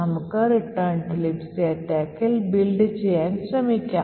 നമുക്ക് Return to Libc attack build ചെയ്യാൻ ശ്രമിക്കാം